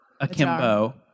akimbo